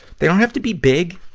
they don't have to be big.